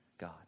God